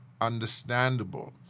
understandable